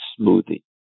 smoothie